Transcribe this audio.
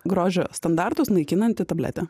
grožio standartus naikinanti tabletė